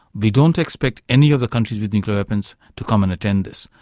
we don't expect any of the countries with nuclear weapons to come and attend this.